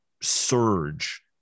surge